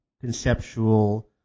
conceptual